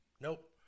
Nope